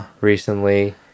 recently